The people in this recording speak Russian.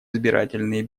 избирательные